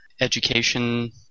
education